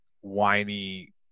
whiny